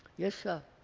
yes, sir.